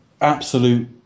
absolute